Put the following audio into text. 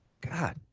God